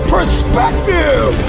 Perspective